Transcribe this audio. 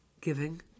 giving